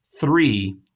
three